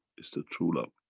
is the true love,